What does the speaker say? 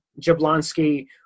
Jablonski